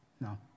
No